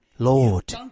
Lord